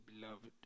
beloved